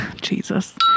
Jesus